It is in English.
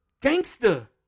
Gangster